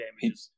damage